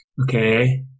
Okay